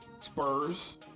Spurs